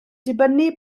dibynnu